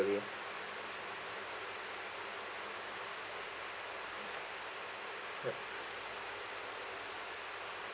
the